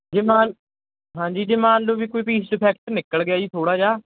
ਜੇ ਮਾਨ ਹਾਂਜੀ ਜੇ ਮੰਨ ਲਓ ਵੀ ਕੋਈ ਪੀਸ 'ਚ ਇਫੈਕਟ ਨਿਕਲ ਗਿਆ ਜੀ ਥੋੜ੍ਹਾ ਜਿਹਾ